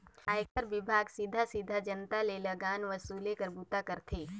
आयकर विभाग सीधा सीधा जनता ले लगान वसूले कर बूता करथे